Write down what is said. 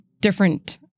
different